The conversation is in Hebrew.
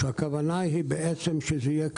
הכוונה היא בעצם שזה יהיה כללי,